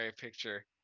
picture